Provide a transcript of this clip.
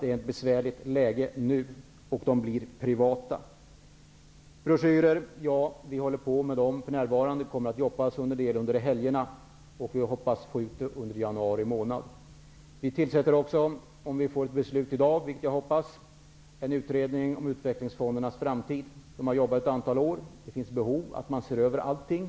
Det är ett besvärligt läge nu, och de blir privata. Vi håller på med broschyrerna för närvarande. Det kommer att jobbas en del under helgerna. Vi hoppas få ut dem under januari månad. Om vi får ett beslut i dag, vilket jag hoppas, tillsätter vi också en utredning om utvecklingsfondernas framtid. De har jobbat i ett antal år, och det finns behov av att se över allting.